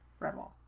redwall